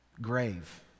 grave